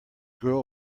girl